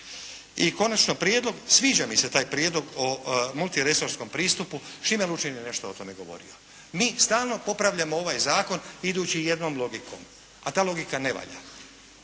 I konačno prijedlog. Sviđa mi se taj prijedlog o multiresorskom pristupu, Šime Lučin je nešto o tome govorio. Mi stalno popravljamo ovaj zakon idući jednom logikom a ta logika ne valja.